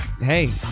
Hey